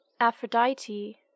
Aphrodite